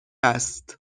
است